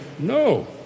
No